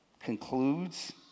concludes